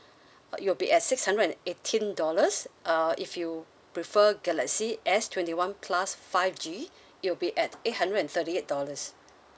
uh it will be at six hundred and eighteen dollars uh if you prefer galaxy S twenty one plus five G it will be at eight hundred and thirty eight dollars